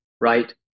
right